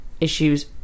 issues